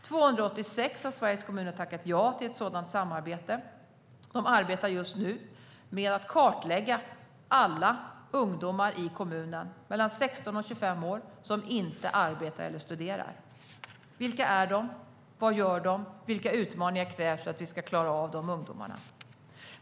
286 av Sveriges kommuner har tackat ja till ett sådant samarbete. De arbetar just nu med att kartlägga alla ungdomar mellan 16 och 25 år som inte arbetar eller studerar. Det görs för att se vilka de är, vad de gör och vilka utmaningar som krävs för att vi ska klara av dessa ungdomar.